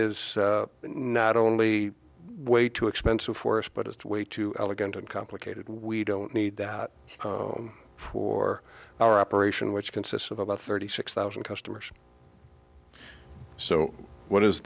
is not only way too expensive for us but it's way too elegant and complicated we don't need that for our operation which consists of about thirty six thousand customers so what is